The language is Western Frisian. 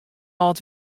âld